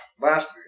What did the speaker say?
last